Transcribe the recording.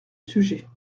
sujet